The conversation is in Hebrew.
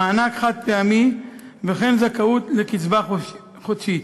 מענק חד-פעמי, וכן זכאות לקצבה חודשית.